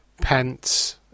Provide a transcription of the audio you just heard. Pence